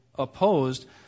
Opposed